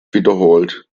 wiederholt